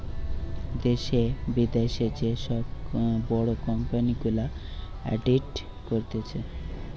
দ্যাশে, বিদ্যাশে যে সব বড় কোম্পানি গুলা অডিট করতিছে